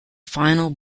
final